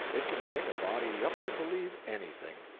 it can bring a body up to believe anything.